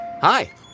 Hi